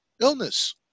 illness